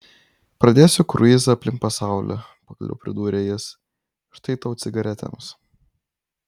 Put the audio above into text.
pradėsiu kruizą aplink pasaulį pagaliau pridūrė jis štai tau cigaretėms